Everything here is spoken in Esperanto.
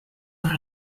por